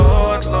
Lord